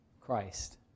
Christ